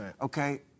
Okay